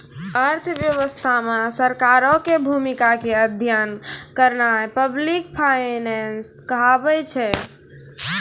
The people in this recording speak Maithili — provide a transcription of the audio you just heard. अर्थव्यवस्था मे सरकारो के भूमिका के अध्ययन करनाय पब्लिक फाइनेंस कहाबै छै